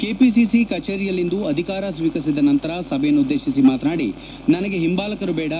KPCC ಕಚೇರಿಯಲ್ಲಿಂದು ಅಧಿಕಾರ ಸ್ವೀಕರಿಸಿದ ನಂತರ ಸಭೆಯನ್ನುದ್ದೇಶಿ ಮಾತನಾಡಿ ನನಗೆ ಹಿಂಬಾಲಕರು ಬೇಡ